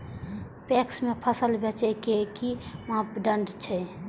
PACS में फसल बेचे के कि मापदंड छै?